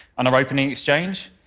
on our opening exchange,